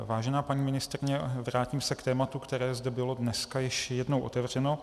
Vážená paní ministryně, vrátím se k tématu, které zde bylo dneska již jednou otevřeno.